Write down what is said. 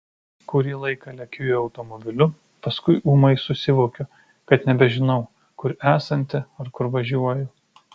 kurį laiką lekiu jo automobiliu paskui ūmai susivokiu kad nebežinau kur esanti ar kur važiuoju